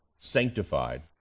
sanctified